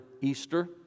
Easter